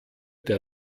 der